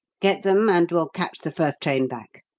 get them, and we'll catch the first train back.